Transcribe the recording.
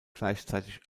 gleichzeitig